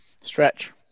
stretch